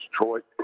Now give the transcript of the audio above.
detroit